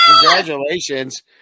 Congratulations